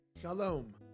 Shalom